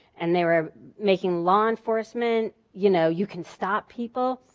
and they were making law enforcement, you know you can stop people.